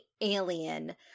alien